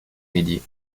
midi